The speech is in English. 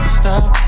stop